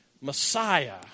Messiah